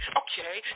okay